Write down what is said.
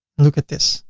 look at this,